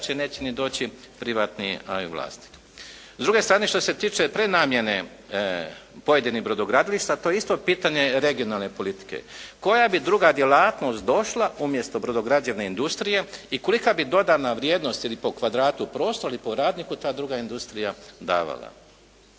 neće ni doći novi vlasnik. S druge strane što se tiče prenamjene pojedinih brodogradilišta, to je isto pitanje regionalne politike. Koja bi druga djelatnost došla umjesto brodograđevne industrije i kolika bi dodana vrijednost ili po kvadratu prostora i po radniku ta druga industrija davala.